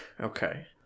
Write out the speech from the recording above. Okay